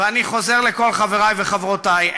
ואני חוזר לכל חברי וחברותי,